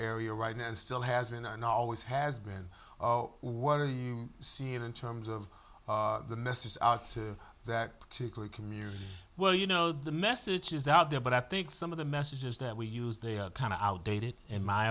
area right now and still has been and always has been what are you seeing in terms of the nest is out that particular community well you know the message is out there but i think some of the messages that we use they are kind of outdated in my